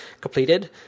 completed